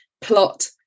plot